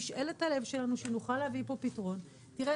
משאלת הלב שלנו שנוכל להביא פה פתרון תראה,